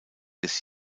des